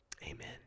Amen